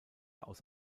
aus